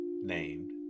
named